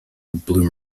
blue